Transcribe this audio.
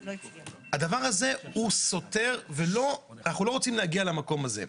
הדבר הזה הוא סותר ואנחנו לא רוצים להגיע למקום הזה.